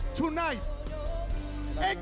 tonight